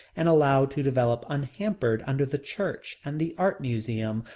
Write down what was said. and allowed to develop unhampered under the church and the art museum,